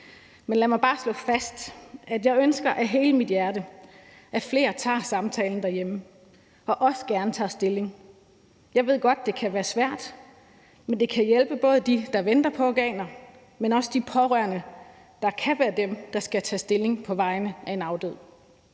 Men lad mig bare slå fast, at jeg af hele mit hjerte ønsker, at flere tager samtalen derhjemme og også gerne tager stilling. Jeg ved godt, at det kan være svært, men det kan hjælpe både dem, der venter på organer, men også de pårørende, som kan være dem, der skal tage stilling på vegne af en afdød.